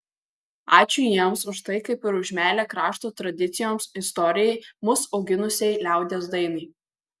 ačiū jiems už tai kaip ir už meilę krašto tradicijoms istorijai mus auginusiai liaudies dainai